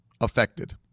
affected